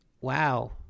wow